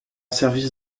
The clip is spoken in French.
service